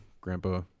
Grandpa